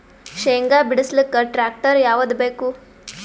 ಶೇಂಗಾ ಬಿಡಸಲಕ್ಕ ಟ್ಟ್ರ್ಯಾಕ್ಟರ್ ಯಾವದ ಬೇಕು?